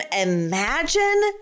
imagine